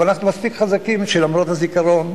אבל אנחנו מספיק חזקים כי למרות הזיכרון,